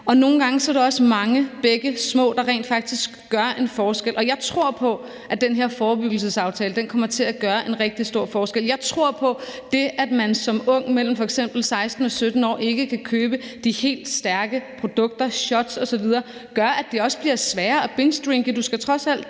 og nogle gange er det også mange bække små, der rent faktisk gør en forskel. Jeg tror på, at den her forebyggelsesaftale kommer til at gøre en rigtig stor forskel. Jeg tror på, at det, at man som ung mellem f.eks. 16 og 17 år ikke kan købe de helt stærke produkter, shots osv., gør, at det også bliver sværere at bingedrinke.